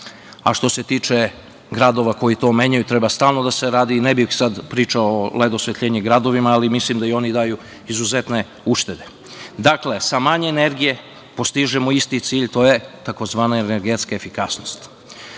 se tiče gradova koji to menjaju, treba stalno da se radi i ne bih sada pričao o led osvetljenju gradova, ali mislim da i oni daju izuzetne uštede. Dakle, sa manje energije postižemo isti cilj, to je tzv. energetska efikasnost. Pored